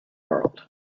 world